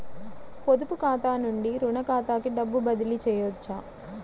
పొదుపు ఖాతా నుండీ, రుణ ఖాతాకి డబ్బు బదిలీ చేయవచ్చా?